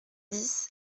dix